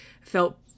felt